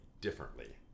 differently